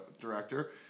director